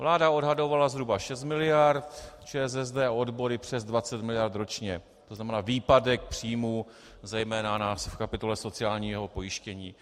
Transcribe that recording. Vláda odhadovala zhruba šest miliard, ČSSD a odbory přes dvacet miliard ročně, to znamená výpadek příjmů zejména na kapitole sociálního pojištění.